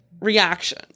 reaction